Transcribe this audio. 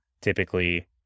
typically